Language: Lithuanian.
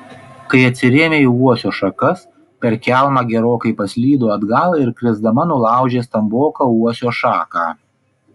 kai atsirėmė į uosio šakas per kelmą gerokai paslydo atgal ir krisdama nulaužė stamboką uosio šaką